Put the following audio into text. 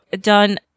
done